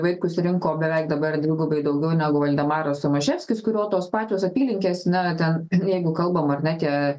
vaitkus rinko beveik dabar dvigubai daugiau negu valdemaras tomaševskis kurio tos pačios apylinkės na ten jeigu kalbam ar ne tie